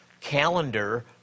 calendar